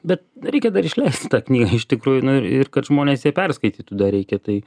bet reikia dar išleisti tą knygą iš tikrųjų na ir kad žmonės ją perskaitytų dar reikia tai